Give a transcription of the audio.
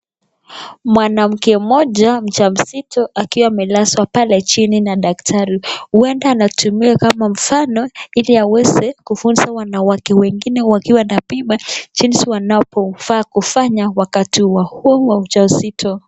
Mwanamke mmoja mjamzito akiwa amelazwa pale chini na daktari. Huenda anatumiwa kama mfano, ili aweze kufunza wanawake wengine wakiwa na mimba, jinsi wanapofaa kufanya wakati huu wa ujauzito.